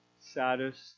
saddest